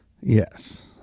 Yes